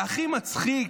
והכי מצחיק,